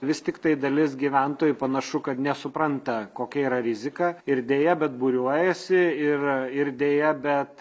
vis tiktai dalis gyventojų panašu kad nesupranta kokia yra rizika ir deja bet būriuojasi ir ir deja bet